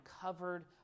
covered